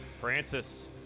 Francis